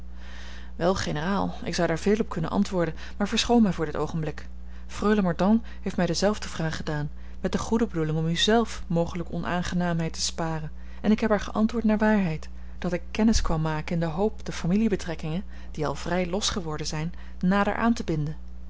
wel generaal ik zou daar veel op kunnen antwoorden maar verschoon mij voor dit oogenblik freule mordaunt heeft mij dezelfde vraag gedaan met de goede bedoeling om u zelf mogelijke onaangenaamheid te sparen en ik heb haar geantwoord naar waarheid dat ik kennis kwam maken in de hoop de familiebetrekkingen die al vrij los geworden zijn nader aan te binden